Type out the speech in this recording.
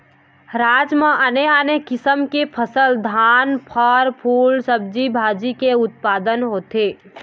राज म आने आने किसम की फसल, धान, फर, फूल, सब्जी भाजी के उत्पादन होथे